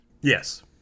Yes